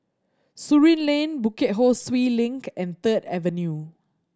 Surin Lane Bukit Ho Swee Link and Third Avenue